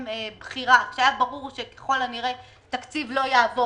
כשהיה ברור שתקציב לא יעבור,